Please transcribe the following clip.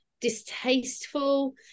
distasteful